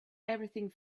everything